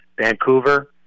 vancouver